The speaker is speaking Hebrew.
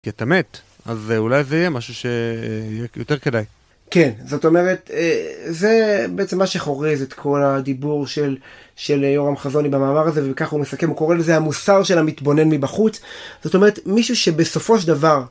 כשאתה מת, אז אולי זה יהיה משהו ש...יותר כדאי. כן, זאת אומרת, אה... זה בעצם מה שחורז את כל הדיבור של יורם חזוני במאמר הזה, וככה הוא מסכם, הוא קורא לזה המוסר של המתבונן מבחוץ. זאת אומרת, מישהו שבסופו של דבר...